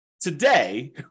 Today